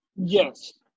yes